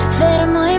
fermo